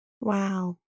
Wow